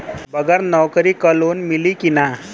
बगर नौकरी क लोन मिली कि ना?